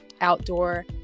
outdoor